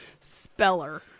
speller